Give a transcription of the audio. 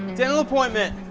dental appointment.